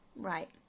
Right